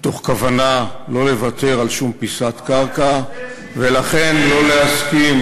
מתוך כוונה לא לוותר על שום פיסת קרקע ולכן לא להסכים,